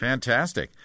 Fantastic